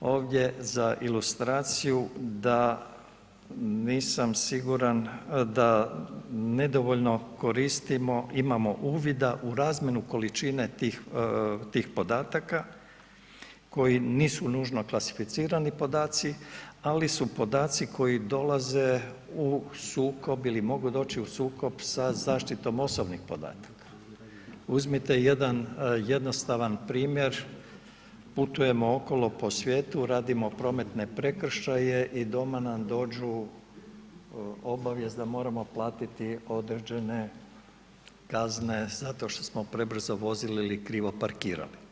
ovdje za ilustraciju da nisam siguran da nedovoljno koristimo, imamo uvida u razmjenu količine tih podataka koji nisu nužno klasificirani podaci ali su podaci koji dolaze u sukob ili mogu doći u sukob sa zaštitom osobnih podataka, uzmite jedan jednostavan primjer, putujemo okolo po svijetu, radimo prometne prekršaje i doma nam dođu obavijest da moramo platiti određene kazne zato što smo prebrzo vozili ili krivo parkirali.